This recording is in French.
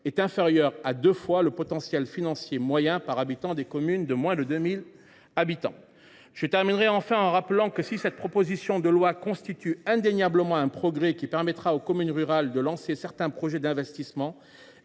est inférieur à deux fois le potentiel financier moyen par habitant des communes de moins de 2 000 habitants. Je rappelle enfin que, si cette proposition de loi constitue indéniablement un progrès qui permettra aux communes rurales de lancer enfin certains projets d’investissement,